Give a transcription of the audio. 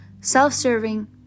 self-serving